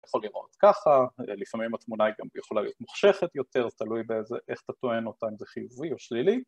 יכול להראות ככה, לפעמים התמונה גם יכולה להיות מוחשכת יותר, תלוי באיזה... איך אתה טוען אותה, אם זה חיובי או שלילי